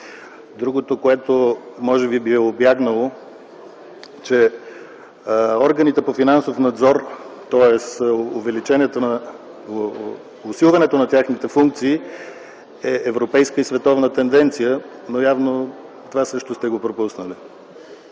Другото, което може би Ви е убягнало, е, че органите по финансов надзор, тоест усилването на техните функции е европейска и световна тенденция. Но навярно това също сте го пропуснали.